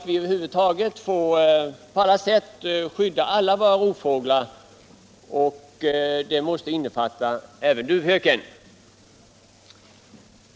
Vi bör på alla sätt skydda samtliga svenska rovfåglar, vilket måste innefatta även duvhöken.